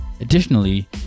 Additionally